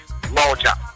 Moja